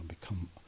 become